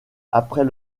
après